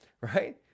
right